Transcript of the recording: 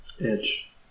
edge